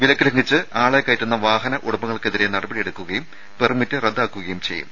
വിലക്ക് ലംഘിച്ച് ആളെ കയറ്റുന്ന വാഹന ഉടമകൾക്കെതിരെ നടപടിയെടുക്കുകയും പെർമിറ്റ് റദ്ദാക്കുകയും ചെയ്യും